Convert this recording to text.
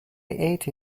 ate